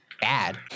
bad